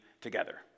together